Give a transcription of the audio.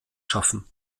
schaffen